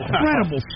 incredible